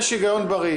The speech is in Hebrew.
יש היגיון בריא.